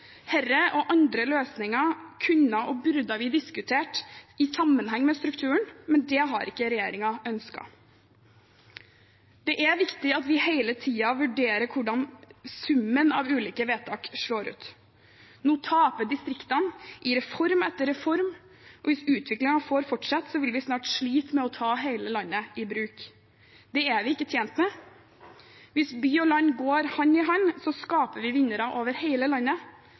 Disse og andre løsninger kunne og burde vi diskutert i sammenheng med strukturen, men det har ikke regjeringen ønsket. Det er viktig at vi hele tiden vurderer hvordan summen av ulike vedtak slår ut. Nå taper distriktene i reform etter reform, og hvis utviklingen får fortsette, vil vi snart slite med å ta hele landet i bruk. Det er vi ikke tjent med. Hvis by og land går hand i hand, skaper vi vinnere over hele landet.